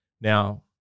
Now